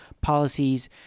policies